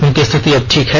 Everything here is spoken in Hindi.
उनकी स्थिति अब ठीक है